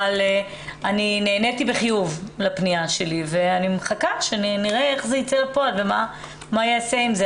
אבל נעניתי בחיוב לפניה שלי ואני מחכה לראות מה ייעשה עם זה.